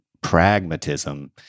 pragmatism